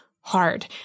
hard